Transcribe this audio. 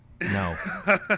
No